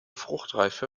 fruchtreife